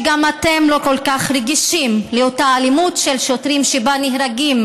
גם אתם לא כל כך רגישים לאלימות של שוטרים שבה נהרגים